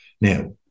Now